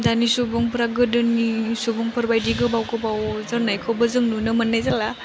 दानि सुबुंफ्रा गोदोनि सुबुंफोर बायदि गोबाव गोबाव जोरनायखौबो जों नुनो मोन्नाय जाला